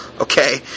okay